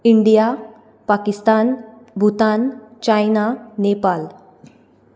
India Pakistan Bhutan China Nepal